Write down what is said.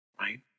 Right